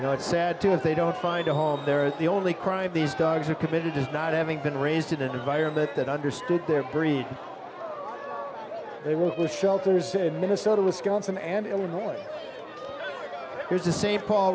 you know it's sad to if they don't find a home there are the only crime these dogs are committed as not having been raised in an environment that understood their breed they will shelters in minnesota wisconsin and illinois there's a st paul